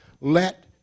let